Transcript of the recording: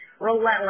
Relentless